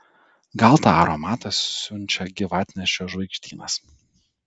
gal tą aromatą siunčia gyvatnešio žvaigždynas